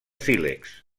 sílex